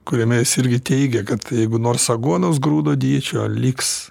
kuriame jis irgi teigia kad jeigu nors aguonos grūdo dydžio liks